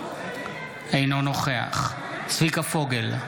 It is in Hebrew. אינו נוכח צביקה פוגל,